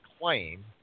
claim